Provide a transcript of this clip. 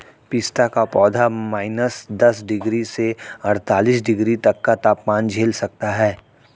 पिस्ता का पौधा माइनस दस डिग्री से अड़तालीस डिग्री तक का तापमान झेल सकता है